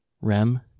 Rem